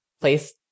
place